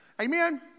Amen